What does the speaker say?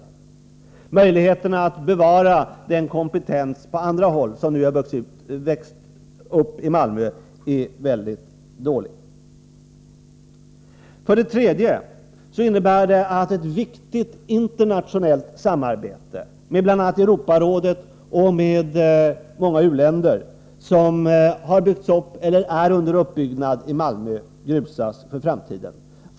Möjligheterna att på andra håll bevara den kompetens som byggts upp i Malmö är små. För det tredje skulle en nedläggning innebära att också det viktiga internationella samarbete med bl.a. Europarådet och många u-länder som har byggts upp eller är under uppbyggnad grusas för framtiden.